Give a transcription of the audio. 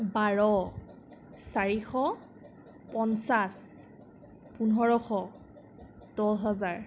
বাৰ চাৰিশ পঞ্চাছ পোন্ধৰশ দহ হাজাৰ